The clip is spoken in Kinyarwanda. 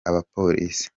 abapolisi